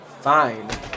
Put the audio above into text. fine